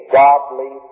godly